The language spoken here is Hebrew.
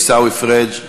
עיסאווי פריג',